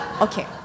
Okay